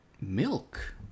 milk